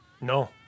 No